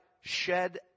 shed